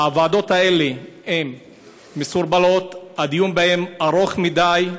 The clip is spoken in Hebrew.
הוועדות האלה מסורבלות, הדיון בהן ארוך מדי,